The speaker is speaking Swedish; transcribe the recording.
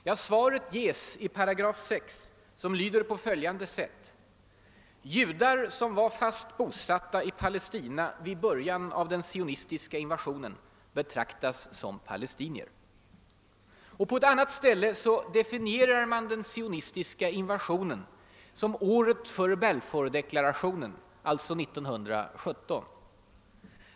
Ja, svaret ges i paragraf 6, som lyder på följande sätt: >Judar som var fast bosatta i Palestina vid början av den sionistiska invasionen betraktas som palestinier.» - På ett annat ställe definierar man »den sionistiska invasionen» som året för Balfourdeklarationen, alltså 1917.